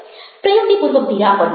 પ્રયુક્તિપૂર્વક ધીરા પડવું